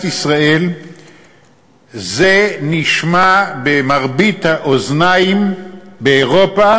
ישראל זה נשמע במרבית האוזניים באירופה